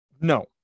No